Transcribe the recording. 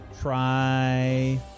Try